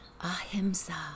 Ahimsa